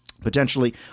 potentially